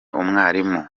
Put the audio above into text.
umwarimu